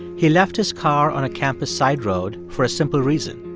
he left his car on a campus side road for a simple reason.